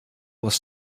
was